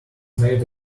made